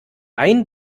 ein